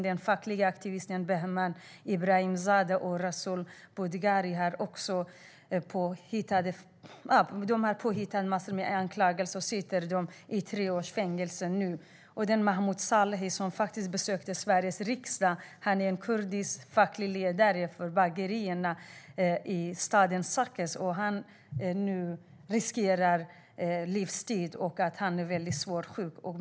De fackliga aktivisterna Behnam Ebrahimzadeh och Rasoul Bodaghi får nu sitta tre år i fängelse efter påhittade anklagelser. Muhmud Salahi, som faktiskt har besökt Sveriges riksdag, är en kurdisk facklig ledare för bagerierna i staden Saqqes. Han riskerar nu livstid, och han är mycket svårt sjuk.